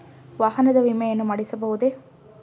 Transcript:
ವಾಹನದ ವಿಮೆಯನ್ನು ಮಾಡಿಸಬಹುದೇ?